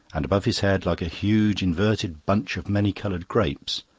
and above his head, like a huge, inverted bunch of many-coloured grapes,